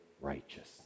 righteousness